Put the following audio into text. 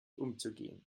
umzugehen